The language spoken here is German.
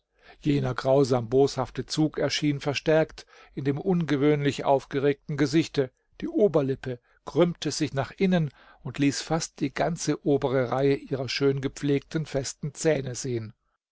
jener grausam boshafte zug erschien verstärkt in dem ungewöhnlich aufgeregten gesichte die oberlippe krümmte sich nach innen und ließ fast die ganze obere reihe ihrer schöngepflegten festen zähne sehen